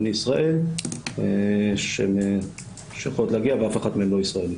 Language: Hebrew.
לישראל שיכולות להגיע ואף אחת מהן לא ישראלית.